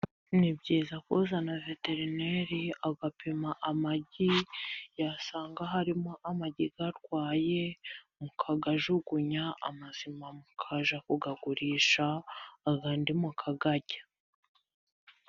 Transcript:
Ni byiza kuzana veterineri agapima amagi, yasanga harimo amagi arwaye mu kayajugunya, amazima mu kayagurisha ayandi mu kayarya.